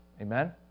Amen